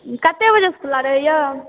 ई कते बजे खुला रहैए